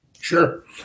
sure